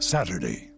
Saturday